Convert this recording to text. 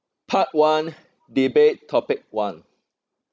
part one debate topic one